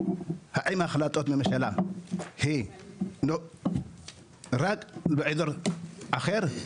האם החלטות ממשלה היא רק באזור אחר?